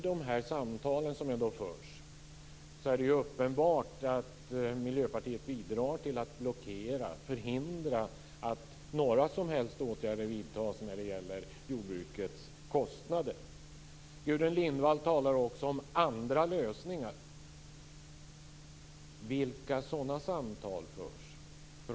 Det är uppenbart att Miljöpartiet i de samtal som förs bidrar till att blockera och förhindra att några som helst åtgärder vidtas när det gäller jordbrukets kostnader. Gudrun Lindvall talar också om andra lösningar. Vilka sådana samtal förs?